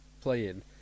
playing